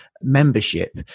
membership